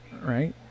Right